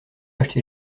acheté